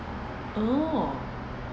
orh